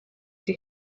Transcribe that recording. die